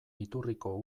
iturriko